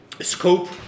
scope